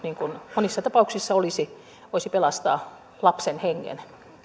monissa tapauksissa voisi pelastaa lapsen hengen